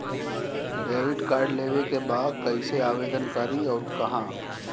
Debit card लेवे के बा कइसे आवेदन करी अउर कहाँ?